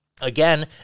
again